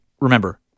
remember